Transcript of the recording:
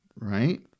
right